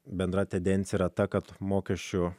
bendra tendencija yra ta kad mokesčių